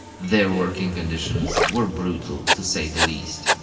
their working conditions were brutal, to say the least.